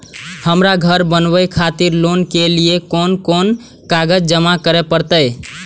हमरा घर बनावे खातिर लोन के लिए कोन कौन कागज जमा करे परते?